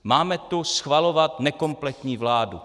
Máme tu schvalovat nekompletní vládu.